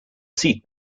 seed